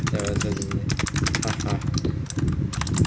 err 等等等